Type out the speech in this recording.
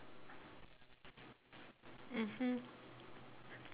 mmhmm